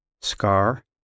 scar